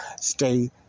stay